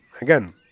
again